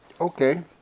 Okay